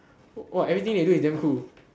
!wah! everything they do is damn cool